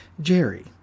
Jerry